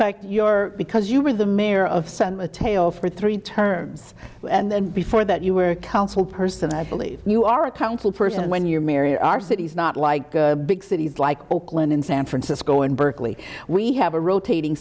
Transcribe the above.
fact your because you were the mayor of san mateo for three terms and before that you were a council person i believe you are a council person when you're married or are cities not like big cities like oakland in san francisco in berkeley we have a rotating